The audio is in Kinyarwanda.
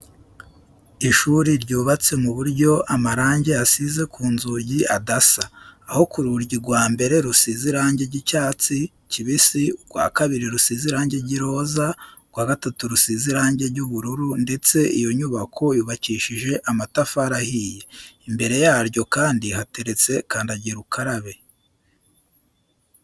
Ishuri ryubatse mu buryo amarange asize ku nzugi adasa, aho urugi rwa mbere rusize irange ry'icyatsi kibisi, urwa kabiri rusize irange ry'iroza, urwa gatatu rusize irange ry'ubururu ndetse iyo nyubako yubakishije amatafari ahiye. Imbere yaryo kandi hateretse kandagira ukarabe.